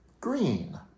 green